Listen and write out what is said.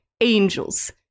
angels